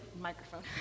microphone